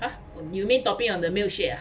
!huh! you mean topping on the milkshake ah